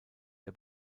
der